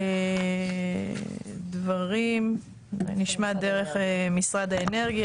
את הדברים נשמע דרך משרד האנרגיה,